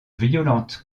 violente